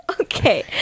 Okay